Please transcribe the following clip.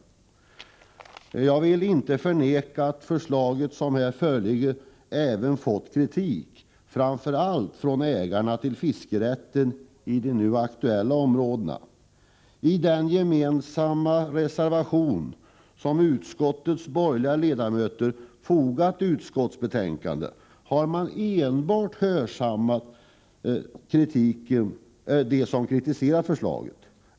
Jag vill inte förneka att det förslag som här föreligger även varit föremål för kritik — framför allt från dem som innehar fiskerätten i de nu aktuella områdena. I den gemensamma reservation som utskottets borgerliga ledamöter fogat till utskottsbetänkandet har man enbart tagit fasta på kritiken mot förslaget.